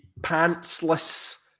pantsless